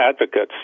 advocates